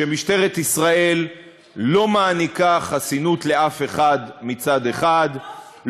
שמשטרת ישראל לא מעניקה חסינות לאף אחד מצד אחד,